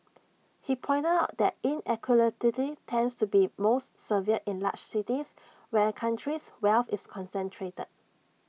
he pointed out that inequality tends to be most severe in large cities where A country's wealth is concentrated